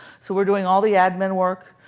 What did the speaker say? so we're doing all the admin work,